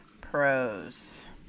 pros